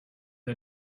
der